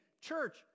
Church